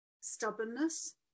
stubbornness